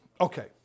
Okay